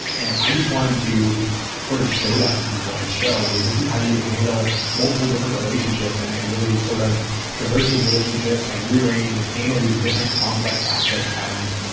and i just wanted to sort of show that to people and show, hey, this is how you handle multiple different relationships and and really sort of traverse those relationships and rearrange and handle these different complex access patterns.